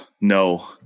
No